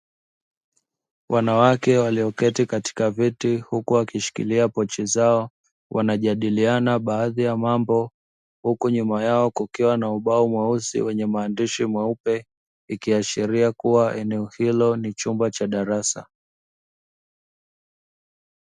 Wanawake walioketi katika viti huku wakishikilia pochi zao wanajadiliana baadhi ya mambo, huku nyuma yao kukiwa na ubao mweusi wenye maandishi meupe ikiashiria kuwa eneo hilo ni chumba cha darasa.